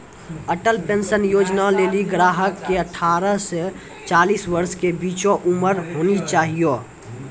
Atal pension योजना लेली ग्राहक के अठारह से चालीस वर्ष के बीचो उमर होना चाहियो